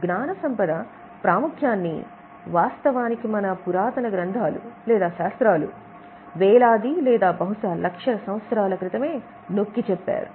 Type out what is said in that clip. జ్ఞాన సంపద ప్రాముఖ్యాన్ని వాస్తవానికి మన పురాతన గ్రంథాలు లేదా శాస్తాలు వేలాది లేదా బహుశా లక్షల సంవత్సరాల క్రితమే నొక్కి చెప్పారు